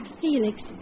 Felix